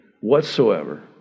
whatsoever